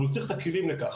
אבל הוא צריך את הכלים לכך.